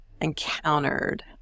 encountered